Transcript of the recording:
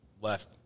left